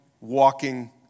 walking